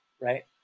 Right